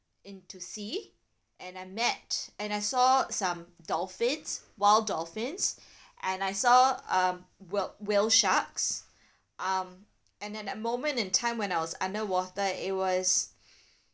into sea and I met and I saw some dolphins wild dolphins and I saw um wh~ whale sharks um and at a moment in time when I was underwater it was